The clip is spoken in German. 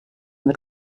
mit